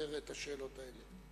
לברר את השאלות האלה.